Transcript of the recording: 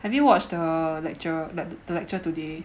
have you watched the lecturer like the lecture today